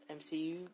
MCU